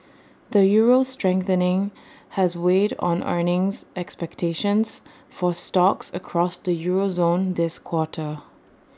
the euro's strengthening has weighed on earnings expectations for stocks across the euro zone this quarter